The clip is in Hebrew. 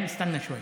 סתנא שוויה.